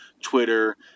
Twitter